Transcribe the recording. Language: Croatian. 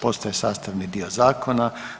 Postaje sastavni dio zakona.